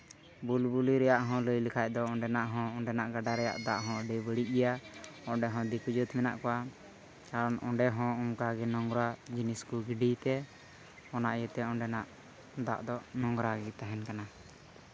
ᱵᱩᱞᱵᱩᱞᱩ ᱨᱮᱭᱟᱜ ᱦᱚᱸ ᱞᱟᱹᱭ ᱞᱮᱠᱟᱡ ᱫᱚ ᱚᱸᱰᱮᱱᱟᱜ ᱦᱚᱸ ᱚᱸᱰᱮᱱᱟᱜ ᱜᱟᱰᱟ ᱨᱮᱭᱟᱜ ᱫᱟᱜ ᱦᱚᱸ ᱟᱹᱰᱤ ᱵᱟᱹᱲᱤᱡ ᱜᱮᱭᱟ ᱚᱸᱰᱮ ᱦᱚᱸ ᱫᱤᱠᱩ ᱡᱟᱹᱛ ᱢᱮᱱᱟᱜ ᱠᱚᱣᱟ ᱠᱟᱨᱚᱱ ᱚᱸᱰᱮ ᱦᱚᱸ ᱚᱱᱠᱟ ᱱᱳᱝᱨᱟ ᱡᱤᱱᱤᱥ ᱠᱚ ᱜᱤᱰᱤᱭ ᱛᱮ ᱚᱱᱟ ᱤᱭᱟᱹᱛᱮ ᱚᱸᱰᱮᱱᱟᱜ ᱫᱟᱜ ᱫᱚ ᱱᱳᱝᱨᱟ ᱜᱮ ᱛᱟᱦᱮᱱ ᱠᱟᱱᱟ